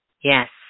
Yes